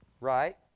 Right